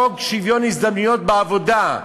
חוק שוויון הזדמנויות בעבודה,